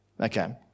Okay